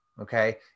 okay